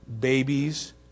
babies